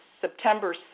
September